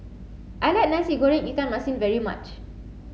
I like Nasi Goreng Ikan Masin very much